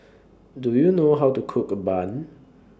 Do YOU know How to Cook A Bun